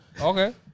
Okay